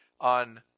on